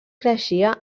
creixia